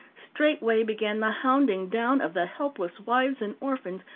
straightway began the hounding down of the helpless wives and orphans,